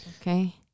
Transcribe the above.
Okay